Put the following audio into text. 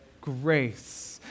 Grace